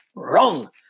Wrong